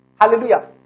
Hallelujah